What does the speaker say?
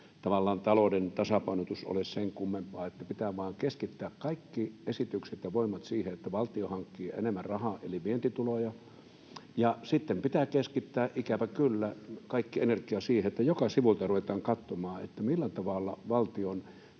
valtiontalouden tasapainotus ole sen kummempaa. Pitää vain keskittää kaikki esitykset ja voimat siihen, että valtio hankkii enemmän rahaa eli vientituloja, ja sitten pitää keskittää, ikävä kyllä, kaikki energia siihen, että joka sivulta ruvetaan katsomaan, millä tavalla valtion